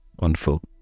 wonderful